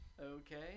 Okay